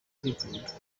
kwikunda